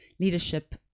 leadership